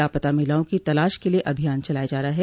लापता महिलाओं की तलाश के लिये अभियान चलाया जा रहा है